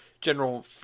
general